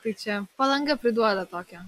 tai čia palanga priduoda tokią